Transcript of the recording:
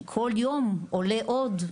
כי כל יום עולה עוד,